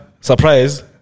Surprise